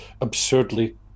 absurdly